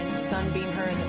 sunbeam her